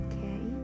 Okay